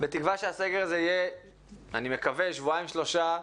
בתקווה שהסגר הזה יהיה אני מקווה שבועיים-שלושה,